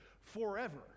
forever